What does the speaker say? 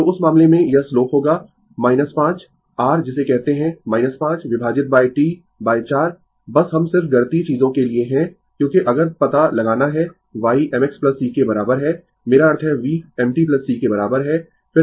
तो उस मामले में यह स्लोप होगा 5 r जिसे कहते है 5 विभाजित T 4 बस हम सिर्फ गणितीय चीजों के लिए है क्योंकि अगर पता लगाना है y mx C के बराबर है मेरा अर्थ है v m t c के बराबर है